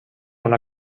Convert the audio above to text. una